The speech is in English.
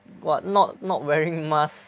what not not wearing mask